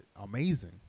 amazing